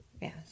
Yes